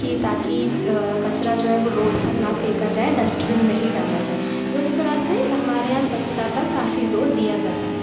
कि ताकि कचरा जो है वो रोड पर ना फेंका जाए डस्टबिन में ही डाला जाए तो इस तरह से हमारे यहाँ स्वच्छता पर काफ़ी ज़ोर दिया जा रहा है